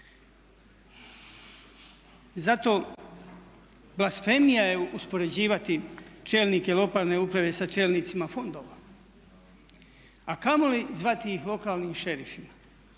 zato blasfemija je uspoređivati čelnike lokalne uprave sa čelnicima fondova a kamoli zvati ih lokalnim šerifima